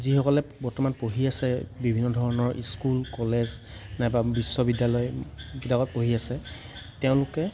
যিসকলে বৰ্তমান পঢ়ি আছে বিভিন্ন ধৰণৰ স্কুল কলেজ নাইবা বিশ্ববিদ্যালয়বিলাকত পঢ়ি আছে তেওঁলোকে